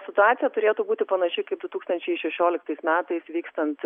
situacija turėtų būti panaši kaip du tūkstančiai šešioliktais metais vykstant